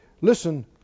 Listen